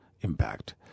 impact